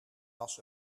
was